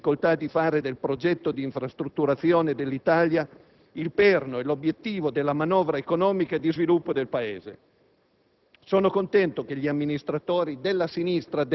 precedente Governo aveva tentato, fra le tante difficoltà, di fare del progetto di infrastrutturazione dell'Italia il perno e l'obiettivo della manovra economica e di sviluppo del Paese.